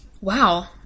Wow